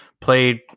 played